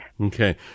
Okay